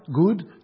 good